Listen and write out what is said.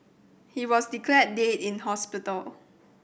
he was declared dead in hospital